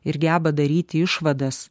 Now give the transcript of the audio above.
ir geba daryti išvadas